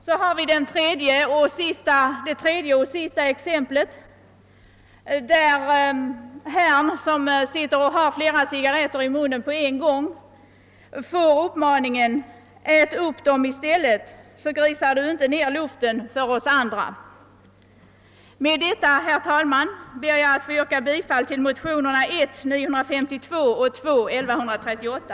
Jag visar nu ett tredje och sista exempel. Det visar en herre som har flera cigarretter i munnen på en gång. Han får uppmaningen: »Ät upp dem i stället, så grisar du inte ned luften för oss andra!» Med dessa ord, herr talman, ber jag att få yrka bifall till motionerna I: 952 och II: 1138.